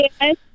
Yes